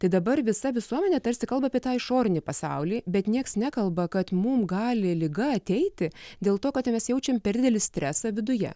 tai dabar visa visuomenė tarsi kalba apie tą išorinį pasaulį bet nieks nekalba kad mum gali liga ateiti dėl to kad mes jaučiam per didelį stresą viduje